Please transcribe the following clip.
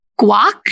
guac